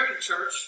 church